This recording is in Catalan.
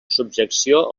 subjecció